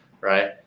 right